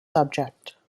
subject